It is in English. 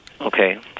Okay